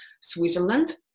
Switzerland